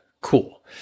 Cool